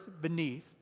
beneath